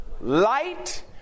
light